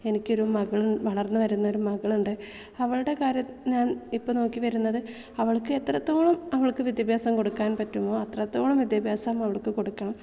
എനിക്കൊരു മകൾ വളർന്നുവരുന്നൊരു മകളുണ്ട് അവളുടെ കാര്യം ഞാൻ ഇപ്പം നോക്കി വരുന്നത് അവൾക്ക് എത്രത്തോളം അവൾക്ക് വിദ്യാഭ്യാസം കൊടുക്കാൻ പറ്റുമോ അത്രത്തോളം വിദ്യാഭ്യാസം അവൾക്കു കൊടുക്കണം